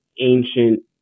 ancient